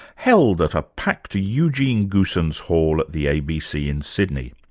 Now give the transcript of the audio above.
held at a packed eugene goosens hall at the abc in sydney.